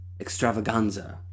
extravaganza